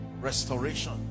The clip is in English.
Restoration